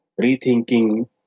rethinking